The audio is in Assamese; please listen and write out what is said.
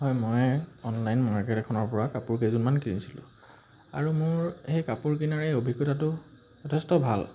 হয় মই অনলাইন মাৰ্কেট এখনৰপৰা কাপোৰ কেইযোৰমান কিনিছিলোঁ আৰু মোৰ সেই কাপোৰ কিনাৰ এই অভিজ্ঞতাটো যথেষ্ট ভাল